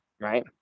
right